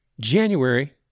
January